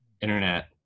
internet